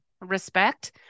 respect